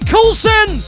Coulson